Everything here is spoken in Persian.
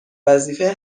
وظیفه